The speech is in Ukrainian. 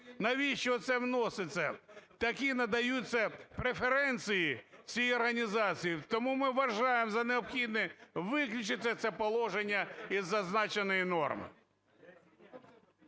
Навіщо це вноситься? Такі надаються преференції цій організації. Тому ми вважаємо за необхідне виключити це положення із зазначеної норми.